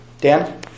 Dan